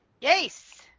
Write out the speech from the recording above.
Yes